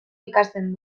ikasten